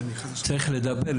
צריך לדבר,